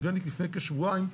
נדמה לי לפני כשבועיים,